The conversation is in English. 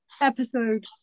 Episode